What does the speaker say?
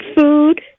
food